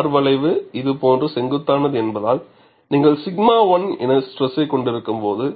R வளைவு இது போன்ற செங்குத்தானது என்பதால் நீங்கள் 𝛔1 என ஸ்ட்ரெஸைக் கொண்டிருக்கும்போது